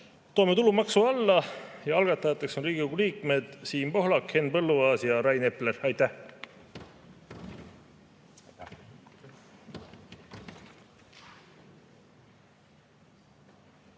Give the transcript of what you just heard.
toome tulumaksu alla. Algatajateks on Riigikogu liikmed Siim Pohlak, Henn Põlluaas ja Rain Epler. Aitäh!